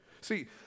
See